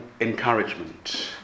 encouragement